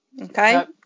okay